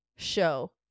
show